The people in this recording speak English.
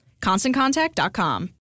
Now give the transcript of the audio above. ConstantContact.com